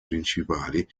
principali